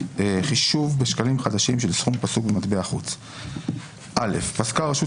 5ב.חישוב בשקלים חדשים של סכום פסוק במטבע חוץ פסקה רשות